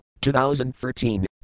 2013